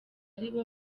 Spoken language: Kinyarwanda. ari